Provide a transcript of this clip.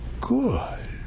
good